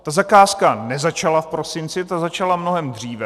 Ta zakázka nezačala v prosinci, ta začala mnohem dříve.